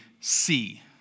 see